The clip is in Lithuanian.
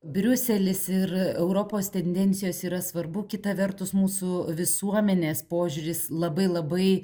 briuselis ir europos tendencijos yra svarbu kita vertus mūsų visuomenės požiūris labai labai